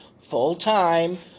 full-time